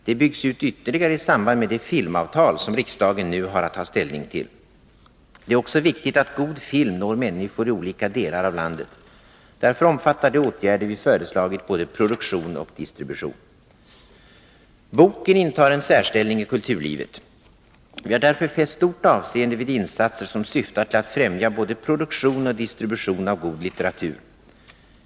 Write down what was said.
Det byggs ut ytterligare i samband med det filmavtal som riksdagen nu har att ta ställning till. Det är också viktigt att god film når människor i olika delar av landet. Därför omfattar de åtgärder vi föreslagit både produktion och distribution. Boken intar en särställning i kulturlivet. Vi har därför fäst stort avseende vid insatser som syftar till att främja både produktion och distribution av god litteratur.